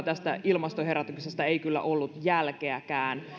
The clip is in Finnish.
tästä ilmastoherätyksestä kyllä ollut jälkeäkään